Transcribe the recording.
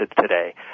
today